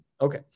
Okay